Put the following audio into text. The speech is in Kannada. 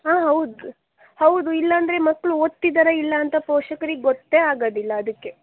ಹಾಂ ಹೌದು ಹೌದು ಇಲ್ಲ ಅಂದ್ರೆ ಮಕ್ಕಳು ಓದ್ತಿದ್ದಾರ ಇಲ್ಲ ಅಂತ ಪೋಷಕ್ರಿಗೆ ಗೊತ್ತೇ ಆಗೋದಿಲ್ಲ ಅದಕ್ಕೆ